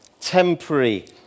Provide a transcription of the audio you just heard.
temporary